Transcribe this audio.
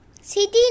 city